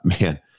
man